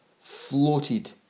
floated